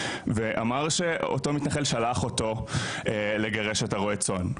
ואמר שאותו מתנחל שלח אותו לגרש אתה רועה צאן.